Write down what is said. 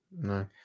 no